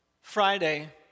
Friday